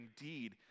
indeed